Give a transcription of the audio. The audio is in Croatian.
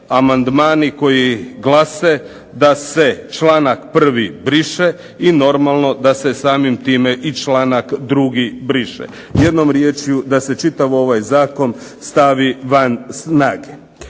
Amandmani koji glase da se članak 1. briše i normalno da se i članak 2. briše. Jednom riječju da se čitav ovaj zakon stavi van snage.